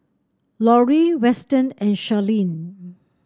Lorie Weston and Sharleen